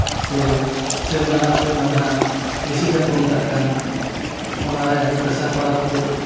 ᱥᱮ ᱥᱤᱨᱫᱟᱬᱟ ᱥᱮ ᱡᱟᱦᱟᱸ ᱵᱤᱥᱤ ᱡᱟᱝ ᱵᱚᱱ ᱢᱮᱛᱟᱜ ᱠᱟᱱ ᱚᱱᱟᱨᱮ ᱯᱮᱥᱟᱨ ᱯᱟᱲᱟᱣ ᱠᱷᱟᱹᱛᱤᱨ